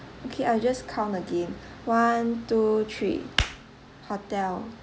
okay I'll just count again one two three hotel